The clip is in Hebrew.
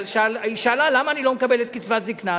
היא שאלה: למה אני לא מקבלת קצבת זיקנה?